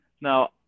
Now